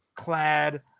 clad